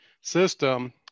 system